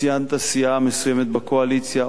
ציינת סיעה מסוימת בקואליציה.